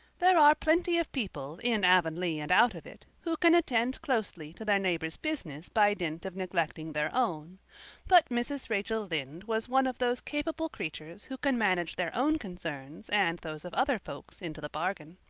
there are plenty of people in avonlea and out of it, who can attend closely to their neighbor's business by dint of neglecting their own but mrs. rachel lynde was one of those capable creatures who can manage their own concerns and those of other folks into the bargain.